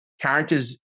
characters